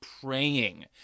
praying